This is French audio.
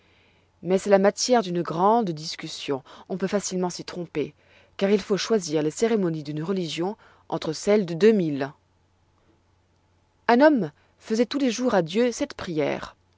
mais c'est la matière d'une grande discussion on peut facilement s'y tromper car il faut choisir les cérémonies d'une religion entre celles de deux mille un homme faisoit tous les jours à dieu cette prière